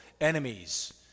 enemies